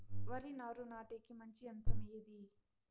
వరి నారు నాటేకి మంచి యంత్రం ఏది?